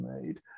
made